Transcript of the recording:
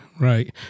right